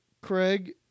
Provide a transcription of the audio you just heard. Craig